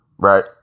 Right